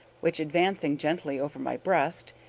which, advancing gently over my breast,